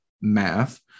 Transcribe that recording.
math